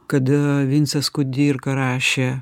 kada vincas kudirka rašė